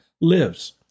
lives